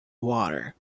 water